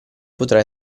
potrà